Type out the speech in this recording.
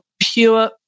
Pure